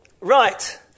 Right